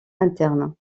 interne